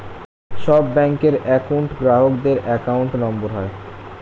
সব ব্যাঙ্কের একউন্ট গ্রাহকদের অ্যাকাউন্ট নম্বর হয়